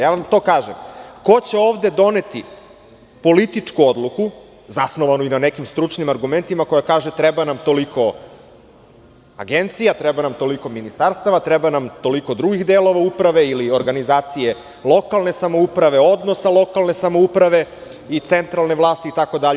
To vam kažem, ko će ovde doneti političku odluku zasnovanu i na nekim stručnim argumentima koja kaže – treba nam toliko agencija, treba nam toliko ministarstava, treba nam toliko drugih delova uprave ili organizacije lokalne samouprave, odnosa lokalne samouprave i centralne vlasti itd.